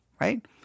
right